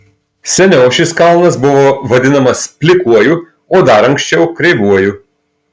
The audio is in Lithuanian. seniau šis kalnas buvo vadinamas plikuoju o dar anksčiau kreivuoju